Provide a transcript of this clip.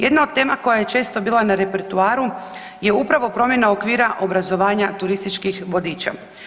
Jedna od tema koja je često bila na repertoaru je upravo promjena okvira obrazovanja turističkih vodiča.